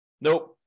nope